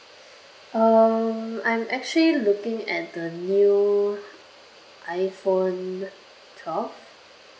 um I'm actually looking at the new iphone twelve